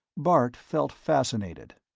bart felt fascinated,